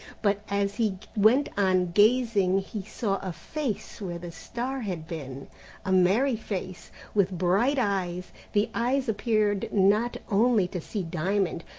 but as he went on gazing he saw a face where the star had been a merry face, with bright eyes. the eyes appeared not only to see diamond,